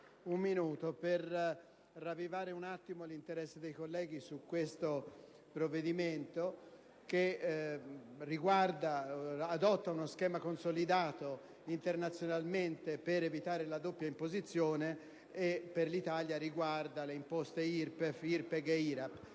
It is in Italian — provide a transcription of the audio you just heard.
un minuto per ravvivare l'interesse dei colleghi su questo provvedimento, che adotta uno schema consolidato internazionalmente per evitare la doppia imposizione e che per l'Italia riguarda le imposte IRPEF, IRPEG